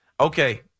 Okay